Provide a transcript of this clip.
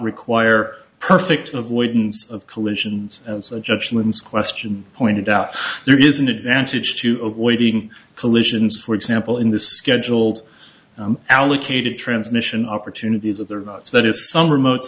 require perfect avoidance of collisions judgments question pointed out there is an advantage to avoiding collisions for example in the scheduled allocated transmission opportunities are there not that is some remote